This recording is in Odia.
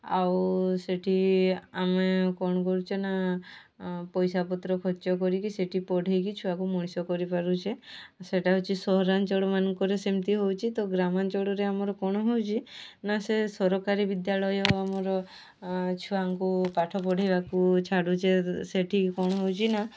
ଆଉ ସେଠି ଆମେ କ'ଣ କରୁଛେ ନା ପଇସାପତ୍ର ଖର୍ଚ୍ଚ କରିକି ସେଠି ପଢ଼ାଇକି ଛୁଆକୁ ମଣିଷ କରିପାରୁଛେ ସେଇଟା ହେଉଛି ସହରାଞ୍ଚଳମାନଙ୍କରେ ସେମିତି ହେଉଛି ତ ଗ୍ରାମାଞ୍ଚଳରେ ଆମର କ'ଣ ହେଉଛି ନା ସେ ସରକାରୀ ବିଦ୍ୟାଳୟ ଆମର ଛୁଆଙ୍କୁ ପାଠ ପଢ଼ାଇବାକୁ ଛାଡ଼ୁଛେ ସେଠି କ'ଣ ହେଉଛି ନା